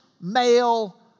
male